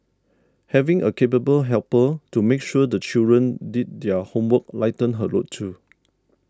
having a capable helper to make sure the children did their homework lightened her load too